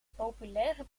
populaire